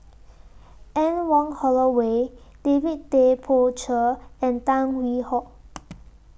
Anne Wong Holloway David Tay Poey Cher and Tan Hwee Hock